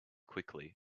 quickly